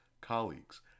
colleagues